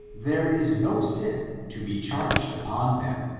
there is no sin to be charged upon them,